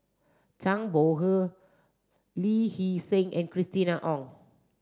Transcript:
Zhang Bohe Lee Hee Seng and Christina Ong